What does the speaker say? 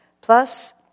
Plus